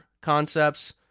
concepts